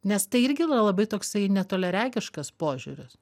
nes tai irgi yra labai toksai netoliaregiškas požiūris